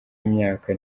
imyaka